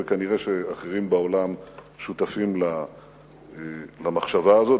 ונראה שאחרים בעולם שותפים למחשבה הזאת.